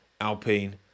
Alpine